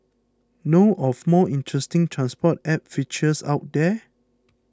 know of more interesting transport app features out there